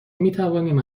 میتوانیم